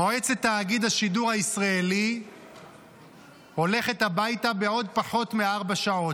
מועצת תאגיד השידור הישראלי הולכת הביתה בעוד פחות מארבע שעות.